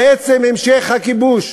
זה בעצם המשך הכיבוש,